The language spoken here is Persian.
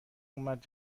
اومد